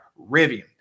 Rivian